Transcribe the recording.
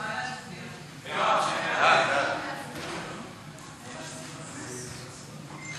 ההצעה להעביר את הנושא לוועדת הפנים